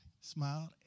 smiled